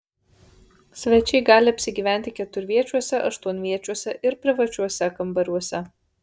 svečiai gali apsigyventi keturviečiuose aštuonviečiuose ir privačiuose kambariuose